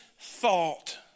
thought